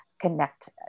connect